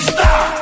Stop